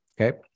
okay